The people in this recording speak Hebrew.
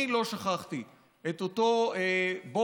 אני לא שכחתי את אותו בוקר,